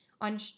on